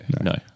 No